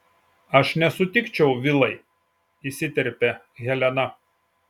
aš nesutikčiau vilai įsiterpia helena